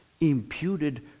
imputed